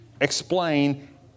explain